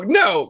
no